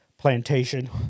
Plantation